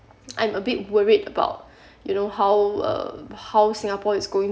I'm a bit worried about you know how uh how Singapore is going